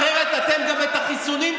אחרת אתם גם את החיסונים תעצרו,